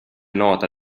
nota